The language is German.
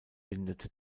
bindet